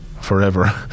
forever